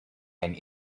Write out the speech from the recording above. and